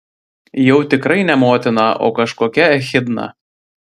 jau tikrai ne motina o kažkokia echidna